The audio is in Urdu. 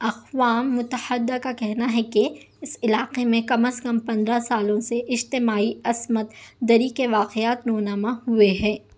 اقوام متحدہ کا کہنا ہے کہ اس علاقے میں کم از کم پندرہ سالوں سے اجتماعی عصمت دری کے واقعات رونما ہوئے ہیں